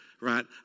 right